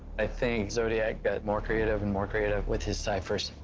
i think zodiac got more creative and more creative with his ciphers,